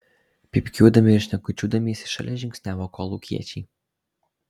pypkiuodami ir šnekučiuodamiesi šalia žingsniavo kolūkiečiai